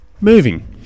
moving